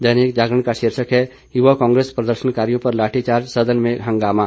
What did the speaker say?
दैनिक जागरण का शीर्षक है युवा कांग्रेस प्रदर्शनकारियों पर लाठीचार्ज सदन में हंगामा